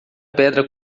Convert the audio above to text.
pedra